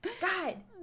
God